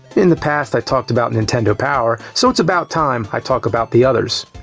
in the past, i've talked about nintendo power, so it's about time i talk about the others.